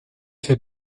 fait